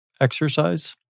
exercise